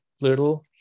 little